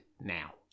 now